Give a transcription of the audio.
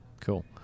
Cool